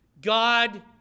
God